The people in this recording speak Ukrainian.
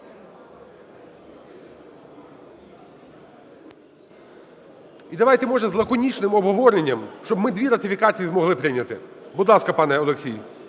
І давайте, може, з лаконічним обговоренням, щоб ми дві ратифікації змогли прийняти. Будь ласка, пане Олексій.